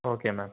okay ma'am